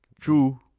True